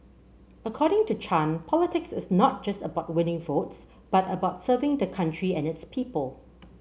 according to Chan politics is not just about winning votes but about serving the country and its people